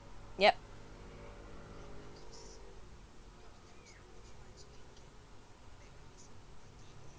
yup